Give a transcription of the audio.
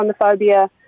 homophobia